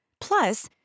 Plus